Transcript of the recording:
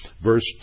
Verse